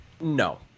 No